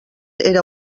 era